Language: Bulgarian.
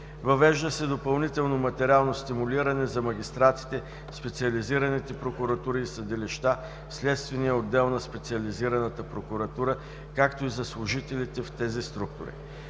Въвежда се допълнително материално стимулиране за магистратите в специализираните прокуратури и съдилища, в следствения отдел на специализираната прокуратура, както и за служителите в тези структури.